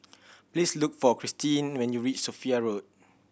please look for Christeen when you reach Sophia Road